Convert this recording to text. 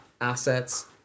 assets